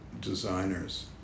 designers